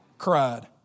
cried